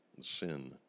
sin